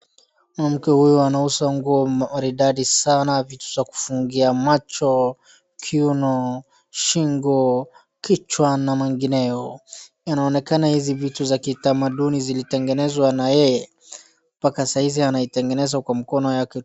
Mwanamke huyu anauza nguo maridadi sana, vitu za kufungia macho, kiuno, shingo, kichwa na mengineyo. Inaonekana hizi vitu za kitamaduni zilitengenezwa na yeye mpaka saa hizi anaitengeneza kwa mkono yake.